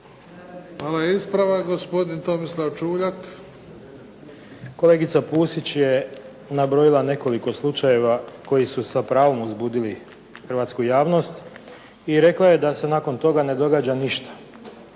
Čuljak. **Čuljak, Tomislav (HDZ)** Kolegica Pusić je nabrojila nekoliko slučajeva koji su sa pravom uzbudili hrvatsku javnost i rekla je da se nakon toga ne događa ništa.